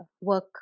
work